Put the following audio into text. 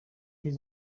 his